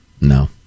No